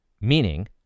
Meaning